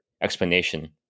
explanation